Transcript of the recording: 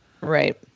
Right